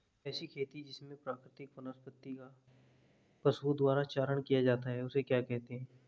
ऐसी खेती जिसमें प्राकृतिक वनस्पति का पशुओं द्वारा चारण किया जाता है उसे क्या कहते हैं?